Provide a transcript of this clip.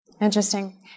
Interesting